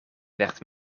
werd